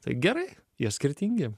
tai gerai jie skirtingi